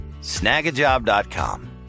Snagajob.com